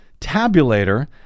tabulator